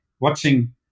watching